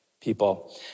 people